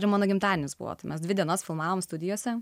ir mano gimtadienis buvo mes dvi dienas filmavom studijose